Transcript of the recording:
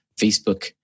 Facebook